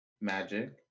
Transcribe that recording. magic